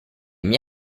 mie